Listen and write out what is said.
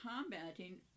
combating